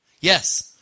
Yes